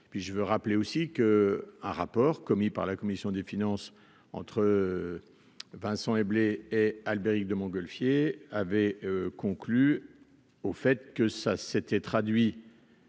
puis je veux rappeler aussi que un rapport commis par la commission des finances entre Vincent Eblé et Albéric de Montgolfier avait conclu au fait que ça s'était traduit